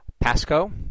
pasco